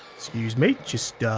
scuse me just, ah,